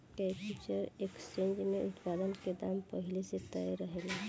future exchange में उत्पाद के दाम पहिल से तय रहेला